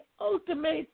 ultimate